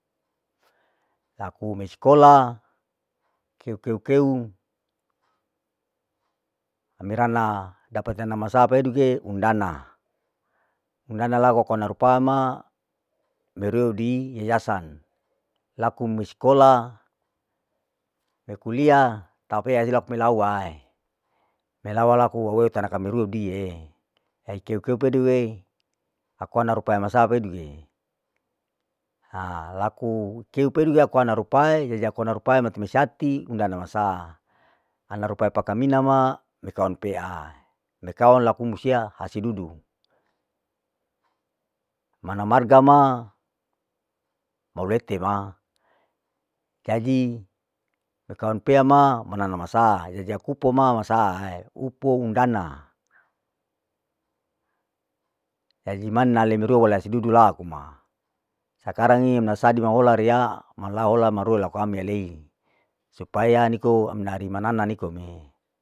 Laku mi skola keu keu keu ami rana dapate nama sapa peduke undana, undala pokona rupa ma merou di yayasan, laku mi skola, mi kulia tapea mi laku melawai, melawai laku aueu tana kamireu die, hei keu keu keuduwei, aku ana rupai masa peduke, ha laku kedu kedu aku ana rupae, ana rupae mati masati undana masaa, ana rupae pakamina ma mekawan peai, mekawan laku musia hasidudu, mana marga ma maulete ma, jadi me kawan pea ma manana masaae, kerja kupo ma massa ae, kupo undana, jadi mana lewerua mana asidudu laku ma. sakangi ami nasadi meola riya mala ola marue laku ami alei, supaya niko ami nari manana ni nikome.